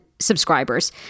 subscribers